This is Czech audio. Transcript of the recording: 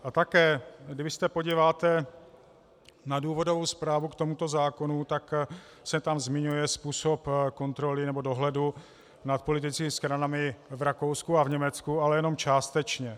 A také když se podíváte na důvodovou zprávu k tomuto zákonu, tak se tam zmiňuje způsob kontroly nebo dohledu nad politickými stranami v Rakousku a v Německu, ale jenom částečně.